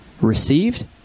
received